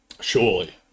surely